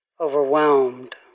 overwhelmed